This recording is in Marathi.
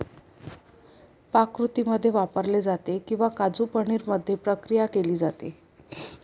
पाककृतींमध्ये वापरले जाते किंवा काजू पनीर मध्ये प्रक्रिया केली जाते